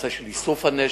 הנושא של איסוף הנשק,